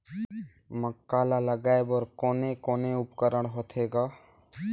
मक्का ला लगाय बर कोने कोने उपकरण होथे ग?